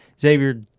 Xavier